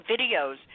videos